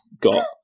got